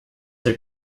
der